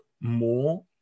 more